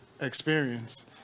experience